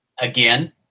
Again